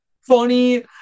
funny